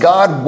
God